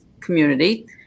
community